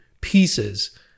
pieces